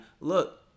Look